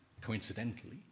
coincidentally